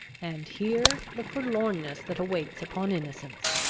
and here the forlornness that awaits upon innocence!